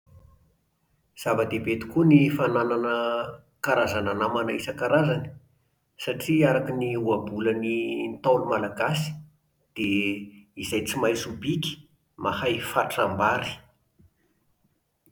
Zavadehibe tokoa ny fananana karazana namana isankarazany, satria arky ny ohabolan'ny Ntaolo malagasy dia izay tsy mahay sobiky, mahay fatram-bary